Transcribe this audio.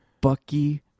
Bucky